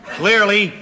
clearly